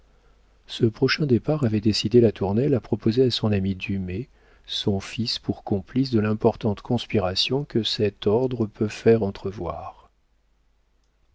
ce prochain départ avait décidé latournelle à proposer à son ami dumay son fils pour complice de l'importante conspiration que cet ordre peut faire entrevoir